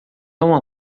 uma